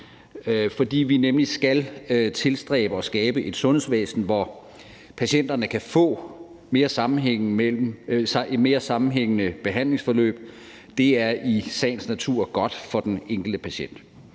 fordi vi nemlig skal tilstræbe at skabe et sundhedsvæsen, hvor patienterne kan få et mere sammenhængende behandlingsforløb; det er i sagens natur godt for den enkelte patient,